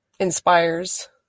inspires